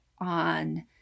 on